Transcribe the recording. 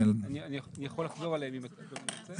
אני יכול לחזור עליהם אם אדוני רוצה.